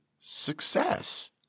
success